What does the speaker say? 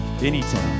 anytime